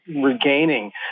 regaining